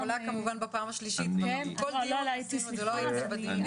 את יכולה כמובן בפעם השלישית, לא הייתם בדיונים.